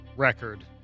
record